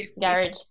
garage